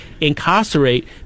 incarcerate